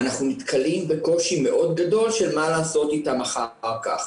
אנחנו נתקלים בקושי מאוד גדול של מה לעשות איתם אחר כך.